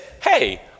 hey